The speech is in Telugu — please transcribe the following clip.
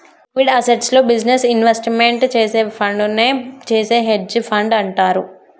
లిక్విడ్ అసెట్స్లో బిజినెస్ ఇన్వెస్ట్మెంట్ చేసే ఫండునే చేసే హెడ్జ్ ఫండ్ అంటారు